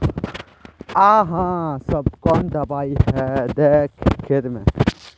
आहाँ सब कौन दबाइ दे है खेत में?